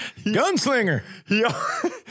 Gunslinger